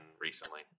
recently